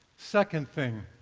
second thing.